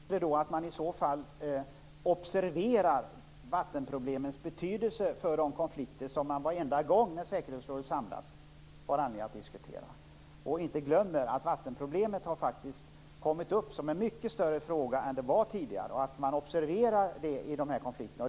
Herr talman! Jag vill kort säga att det är viktigt att man observerar vattenproblemens betydelse för de konflikter som man har anledning att diskutera varje gång som säkerhetsrådet samlas. Det är viktigt att man inte glömmer att vattenproblemet faktiskt har kommit upp som en mycket större fråga än den var tidigare. Det måste man observera i de här konflikterna.